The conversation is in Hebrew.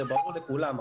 זה ברור לכולם,